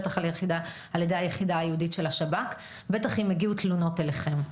בטח על ידי היחידה היהודית של השב"כ ובטח אם הגיעו תלונות אליכם.